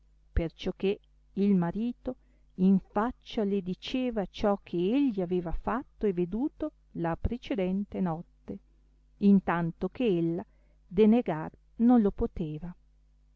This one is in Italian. taceva perciò che il marito in faccia le diceva ciò che egli aveva fatto e veduto la precedente notte intanto che ella denegar non lo poteva